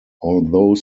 although